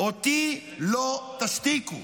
אותי לא תשתיקו.